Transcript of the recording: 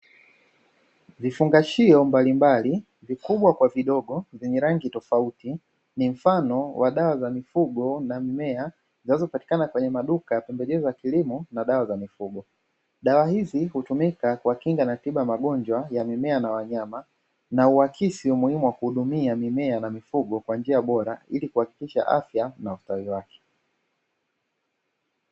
Vifungashio mbalimbali (vikubwa kwa vidogo) vyenye rangi tofauti, ni mfano wa dawa za mifugo na mimea zinazopatikana kwenye maduka pembejeo za kilimo na dawa za mifugo. Dawa hizi hutumika kwa kinga na tiba ya magonjwa ya mimea na wanyama, na huakisi umuhimu wa kuhudumia mimea na mifugo kwa njia bora ili kuhakikisha afya na ustawi wake.